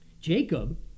Jacob